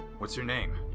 what's your name?